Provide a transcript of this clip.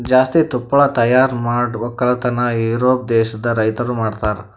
ಜಾಸ್ತಿ ತುಪ್ಪಳ ತೈಯಾರ್ ಮಾಡ್ ಒಕ್ಕಲತನ ಯೂರೋಪ್ ದೇಶದ್ ರೈತುರ್ ಮಾಡ್ತಾರ